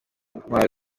intwaro